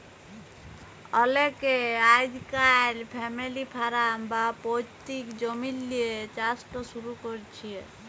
অলেকে আইজকাইল family farm বা পৈত্তিক জমিল্লে চাষট শুরু ক্যরছে